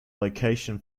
location